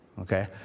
Okay